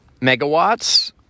megawatts